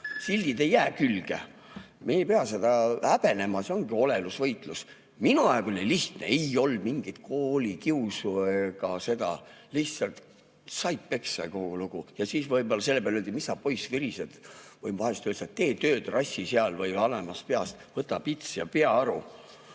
Sildid ei jää külge. Me ei pea seda häbenema, see ongi olelusvõitlus. Minu ajal oli lihtne, ei olnud mingit koolikiusu, lihtsalt said peksa ja kogu lugu. Siis võib-olla selle peale öeldi: "Mis sa, poiss, virised." Või vahel öeldi: "Tee tööd, rassi seal." Või vanemast peast: "Võta pits ja pea aru."